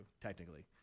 technically